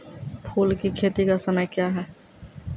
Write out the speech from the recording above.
फुल की खेती का समय क्या हैं?